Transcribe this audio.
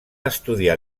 estudiar